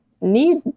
need